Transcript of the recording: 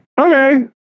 okay